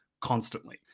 constantly